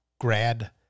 grad